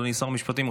אדוני שר המשפטים,